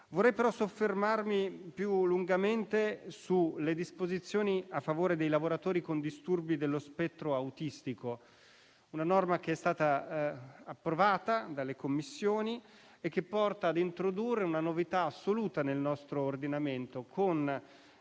Vorrei però soffermarmi più lungamente sulle disposizioni a favore dei lavoratori con disturbi dello spettro autistico: una norma che è stata approvata dalle Commissioni e che porta ad introdurre una novità assoluta nel nostro ordinamento, con